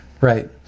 Right